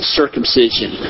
circumcision